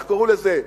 איך קראו לזה?